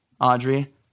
Audrey